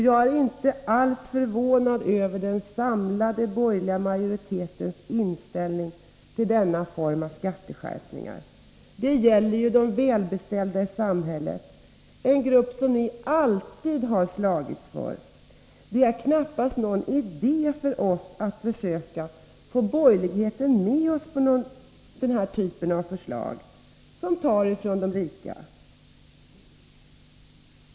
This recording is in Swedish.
Jag är inte alls förvånad över den samlade borgerlighetens inställning till denna form av skatteskärpningar. De gäller ju de välbeställda i samhället, en grupp som ni alltid har slagits för. Det är knappast någon idé för oss att försöka få borgerligheten med oss på den här typen av förslag, som tar ifrån de rika.